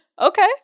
okay